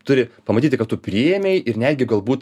turi pamatyti kad tu priėmei ir netgi galbūt